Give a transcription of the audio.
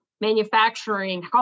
manufacturing